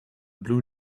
blue